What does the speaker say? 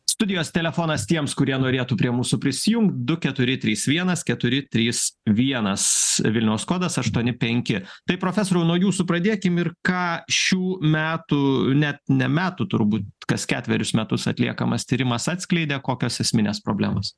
studijos telefonas tiems kurie norėtų prie mūsų prisijungt du keturi trys vienas keturi trys vienas vilniaus kodas aštuoni penki tai profesoriau nuo jūsų pradėkim ir ką šių metų net ne metų turbūt kas ketverius metus atliekamas tyrimas atskleidė kokios esminės problemos